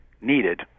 needed